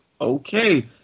Okay